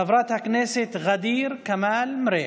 חברת הכנסת ע'דיר כמאל מריח.